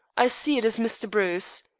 i see it is mr. bruce.